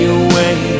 away